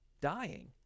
dying